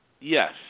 Yes